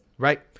right